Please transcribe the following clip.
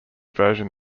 version